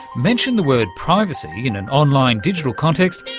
mention the word privacy in an online digital context